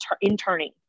interning